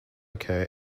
occur